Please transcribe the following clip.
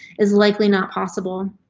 is likely not possible.